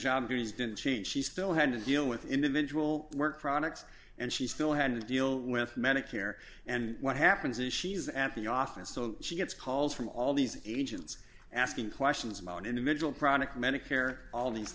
job duties didn't change she still had to deal with individual work products and she still had to deal with medicare and what happens is she's at the office so she gets calls from all these agents asking questions about individual product medicare all of these